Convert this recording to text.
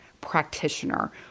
practitioner